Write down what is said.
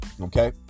okay